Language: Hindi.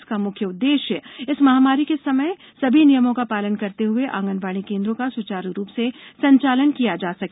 इसका मुख्य उद्देश्य इस महामारी के समय सभी नियमों का पालन करते हुए आंगनवाड़ी केन्द्रों का सुचारू रूप से संचालन किया जा सके